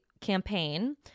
campaign